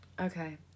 Okay